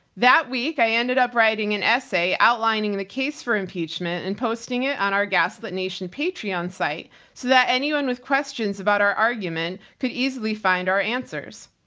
that week i ended up writing an essay outlining the case for impeachment and posting it on our gaslit nation patreon site so that anyone with questions about our argument could easily find our answers.